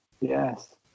Yes